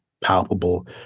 palpable